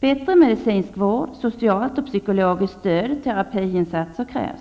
Bättre medicinsk vård, socialt och psykologiskt stöd, terapiinsatser krävs.